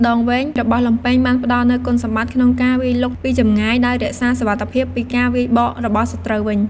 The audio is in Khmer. ដងវែងរបស់លំពែងបានផ្ដល់នូវគុណសម្បត្តិក្នុងការវាយលុកពីចម្ងាយ ដោយរក្សាសុវត្ថិភាពពីការវាយបករបស់សត្រូវវិញ។